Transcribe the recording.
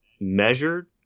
measured